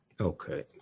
Okay